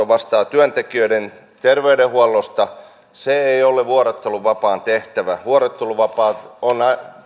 vastaa työntekijöiden terveydenhuollosta se ei ole vuorotteluvapaan tehtävä vuorotteluvapaa on